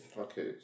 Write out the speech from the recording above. Okay